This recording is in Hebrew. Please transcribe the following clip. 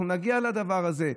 אנחנו נגיע לדבר הזה,